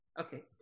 Okay